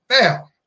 Now